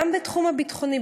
גם בתחום הביטחוני.